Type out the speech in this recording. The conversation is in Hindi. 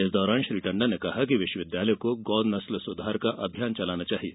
इस दौरान श्री टंडन ने कहा कि विश्वविद्यालय को गौ नस्ल सुधार का अभियान चालाना चाहिए